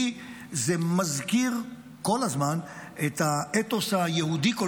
לי זה מזכיר כל הזמן את האתוס היהודי כל